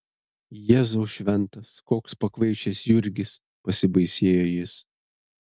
jėzau šventas koks pakvaišęs jurgis pasibaisėjo jis